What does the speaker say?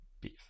beef